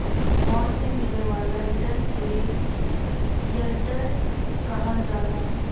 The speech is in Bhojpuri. बांड से मिले वाला रिटर्न के यील्ड कहल जाला